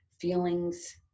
Feelings